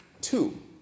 two